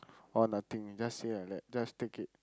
or nothing just say like that just take it